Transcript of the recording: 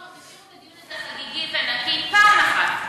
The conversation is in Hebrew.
בואו, תשאירו את הדיון הזה חגיגי ונקי פעם אחת.